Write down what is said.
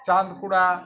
Chandpura